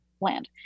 land